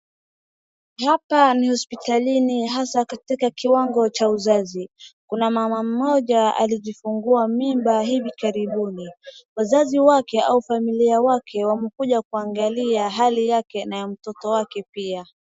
Hapa ni hospitalini hasa katika kiwango cha uzazi. Kuna mama mmoja alijifungua mimba hivi karibuni. Wazazi wake au familia wake wamekuja kungalai hali yake na ya mtoto wake pia.